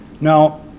Now